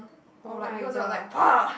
oh-my-god